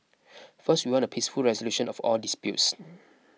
first we want a peaceful resolution of all disputes